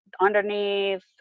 underneath